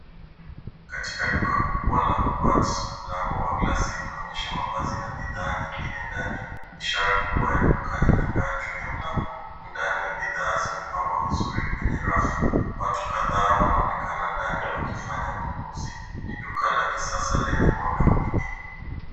Katika duka kubwa la Woolworths mlango wa gilasi unaonyesha mavazi na bidhaa nyingine ndani, ishara kubwa ya duka inang'aa juu ya mlango. Ndani bidhaa zimepangwa vizuri kwenye rafu. Watu kadhaa wanaonekana ndani wakifanya ununuzi. Ni duka la kisasa lenye mwanga mwingi.